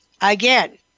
Again